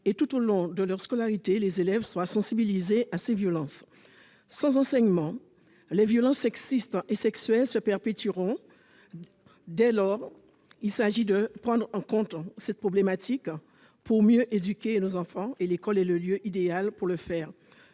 et tout au long de leur scolarité, les élèves y soient sensibilisés. Sans cet enseignement, les violences sexistes et sexuelles se perpétueront. Il s'agit dès lors de prendre en compte cette problématique pour mieux éduquer nos enfants. L'école est le lieu idéal pour le faire,